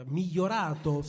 migliorato